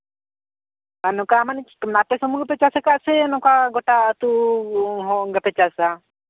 ᱟᱨ ᱱᱚᱝᱠᱟ ᱢᱟᱱᱮ ᱪᱮᱫ ᱟᱯᱮ ᱥᱩᱢᱩᱱ ᱜᱮᱯᱮ ᱪᱟᱥ ᱟᱠᱟᱫ ᱥᱮ ᱱᱚᱝᱠᱟ ᱜᱳᱴᱟ ᱟᱹᱛᱩ ᱦᱚᱸ ᱜᱮᱯᱮ ᱪᱟᱥᱟ